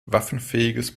waffenfähiges